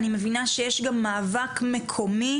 אני מבינה שיש גם מאבק מקומי